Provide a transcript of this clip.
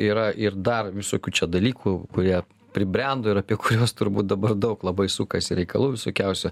yra ir dar visokių čia dalykų kurie pribrendo ir apie kuriuos turbūt dabar daug labai sukasi reikalų visokiausių